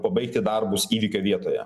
pabaigti darbus įvykio vietoje